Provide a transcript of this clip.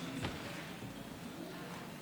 ינמק